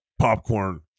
popcorn